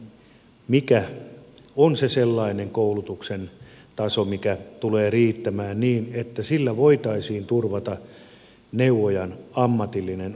mikä on sellainen koulutuksen taso mikä tulee riittämään niin että sillä voitaisiin turvata neuvojan ammatillinen osaaminen